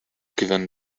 given